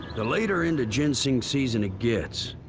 the later into ginseng season it gets,